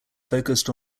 focused